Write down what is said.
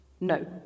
No